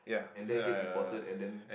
and then get reported and then